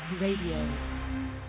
Radio